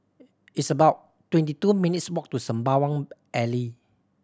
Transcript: it's about twenty two minutes' walk to Sembawang Alley